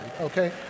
okay